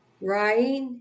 Right